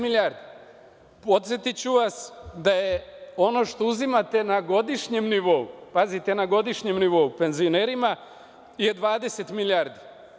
Podsetiću vas da je ono što uzimate na godišnjem nivou, pazite, na godišnjem nivou, penzionerima je 20 milijardi.